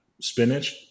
spinach